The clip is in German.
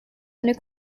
eine